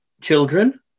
children